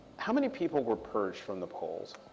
how many people were purged from the polls?